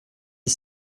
est